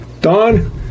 Don